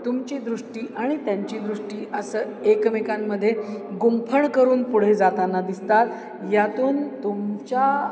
तुमची दृष्टी आणि त्यांची दृष्टी असं एकमेकांमध्ये गुंफण करून पुढे जाताना दिसतात यातून तुमच्या